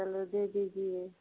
चलो दे दीजिए